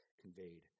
conveyed